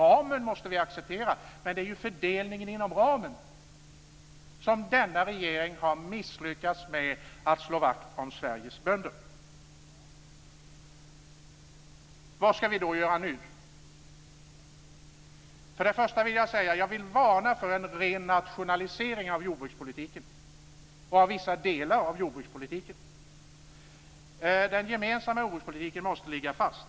Ramen måste vi acceptera. Det är fördelningen inom ramen som denna regering har misslyckats med när det gäller att slå vakt om Sveriges bönder. För det första vill jag varna för en ren nationalisering av jordbrukspolitiken eller av vissa delar av denna. Den gemensamma jordbrukspolitiken måste ligga fast.